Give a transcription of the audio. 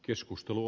keskustelu